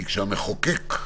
כשהמחוקק,